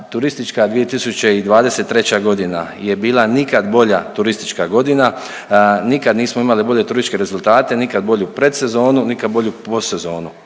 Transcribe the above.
turistička 2023. g. je bila nikad bolje turistička godina, nikad nismo imali bolje turističke rezultate, nikad bolju predsezonu, nikad bolju postsezonu.